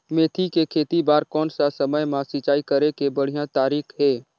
मेथी के खेती बार कोन सा समय मां सिंचाई करे के बढ़िया तारीक हे?